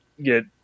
get